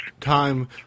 time